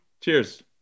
Cheers